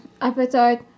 appetite